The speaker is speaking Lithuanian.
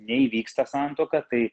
neįvyksta santuoka tai